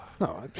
No